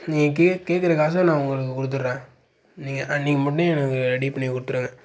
நீங்கள் கேக் கேட்குற காசை நான் உங்களுக்கு கொடுத்துட்றேன் நீங்கள் எனக்கு ரெடி பண்ணி கொடுத்துடுங்க